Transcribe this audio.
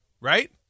right